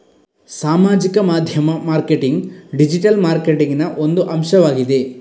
ಸಾಮಾಜಿಕ ಮಾಧ್ಯಮ marketing digital ಮಾರ್ಕೆಟಿಂಗಿನ ಒಂದು ಅಂಶವಾಗಿದೆ